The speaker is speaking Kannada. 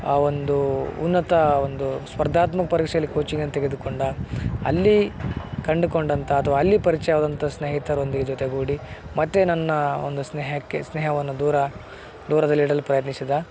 ಆ ಒಂದು ಉನ್ನತ ಒಂದು ಸ್ಪರ್ಧಾತ್ಮಕ ಪರೀಕ್ಷೆಯಲ್ಲಿ ಕೋಚಿಂಗನ್ನು ತೆಗೆದುಕೊಂಡ ಅಲ್ಲಿ ಕಂಡುಕೊಂಡಂಥ ಅಥವಾ ಅಲ್ಲಿ ಪರಿಚಯವಾದಂಥ ಸ್ನೇಹತರೊಂದಿಗೆ ಜೊತೆಗೂಡಿ ಮತ್ತೆ ನನ್ನ ಒಂದು ಸ್ನೇಹಕ್ಕೆ ಸ್ನೇಹವನ್ನು ದೂರ ದೂರದಲ್ಲಿಡಲು ಪ್ರಯತ್ನಿಸಿದ